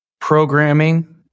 programming